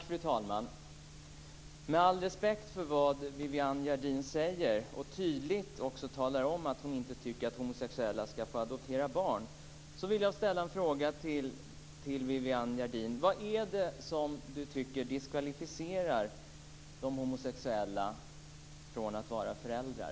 Fru talman! Med all respekt för vad Viviann Gerdin säger - hon talar också tydligt om att hon inte tycker att homosexuella ska få adoptera barn - vill jag ställa en fråga till henne. Vad är det som hon tycker diskvalificerar de homosexuella från att vara föräldrar?